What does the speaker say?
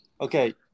Okay